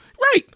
Right